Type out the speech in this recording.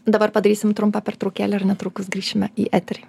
dabar padarysim trumpą pertraukėlę ir netrukus grįšime į eterį